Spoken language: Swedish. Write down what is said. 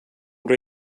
och